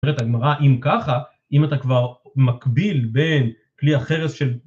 אומרת הגמרא, אם ככה, אם אתה כבר מקביל בין כלי החרס של...